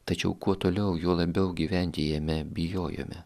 tačiau kuo toliau juo labiau gyventi jame bijojome